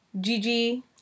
Gigi